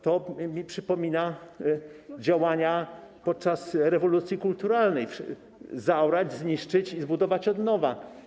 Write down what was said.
To mi przypomina działania podczas rewolucji kulturalnej: zaorać, zniszczyć i zbudować od nowa.